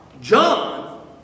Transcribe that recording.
John